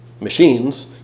machines